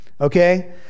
okay